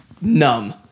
numb